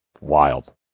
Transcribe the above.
Wild